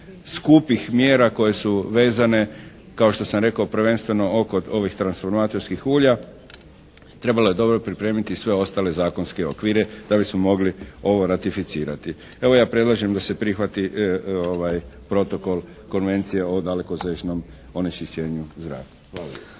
skupih mjera koje su vezane kao što sam rekao prvenstveno oko ovih transformatorskih ulja, trebalo je dobro pripremiti i sve ostale zakonske okvire da bismo mogli ovo ratificirati. Evo ja predlažem da se prihvati ovaj Protokol Konvencije o dalekosežnom onečišćenju zraka.